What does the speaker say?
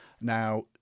Now